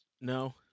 No